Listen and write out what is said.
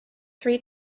three